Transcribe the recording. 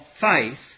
faith